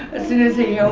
as soon as yeah